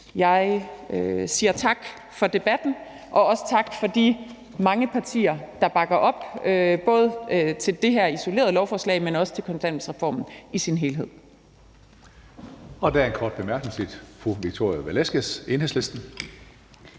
Jeg siger tak for debatten og også tak til de mange partier, der bakker op om både det her isolerede lovforslag, men også kontanthjælpsreformen i sin helhed.